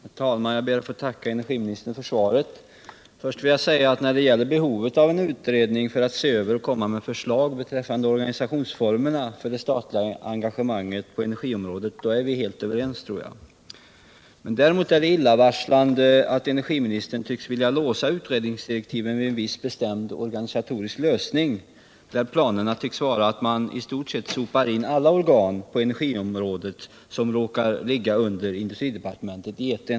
Herr talman! Jag ber att få tacka energiministern för svaret. Först vill jag säga att jag tror att vi är överens när det gäller behovet av en utredning för att se över och komma med förslag beträffande organisationsformerna för det statliga engagemanget på energiområdet. Däremot är det illavarslande att energiministern tycks vilja låsa utredningsdirektiven vid en viss bestämd organisatorisk lösning, där planerna tycks vara att i stort sett i ett enda ämbetsverk sopa in alla organ på energiområdet som råkar ligga under industridepartementet.